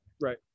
Right